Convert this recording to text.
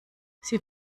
sie